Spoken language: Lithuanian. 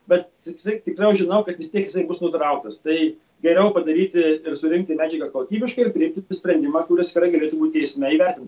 bet vis tiek tikrai žinau kad vis tiek jisai bus nutrauktas tai geriau padaryti ir surinkti medžiagą kokybiškai ir priimti sprendimą kuris tikrai galėtų būti teisme įvertintas